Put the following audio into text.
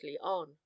on